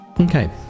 Okay